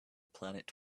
planet